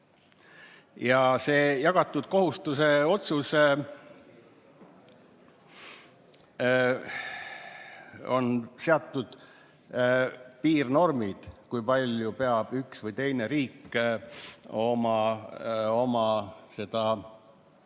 Selle jagatud kohustuse otsusega on seatud piirnormid, kui palju peab üks või teine riik oma